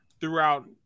throughout –